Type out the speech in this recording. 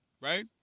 right